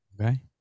Okay